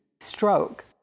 stroke